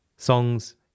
Songs